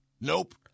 Nope